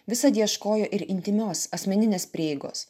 visad ieškojo ir intymios asmeninės prieigos